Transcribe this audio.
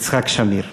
יצחק שמיר.